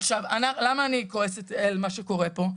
עכשיו, למה אני כועסת על מה שקורה פה?